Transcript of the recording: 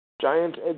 Giants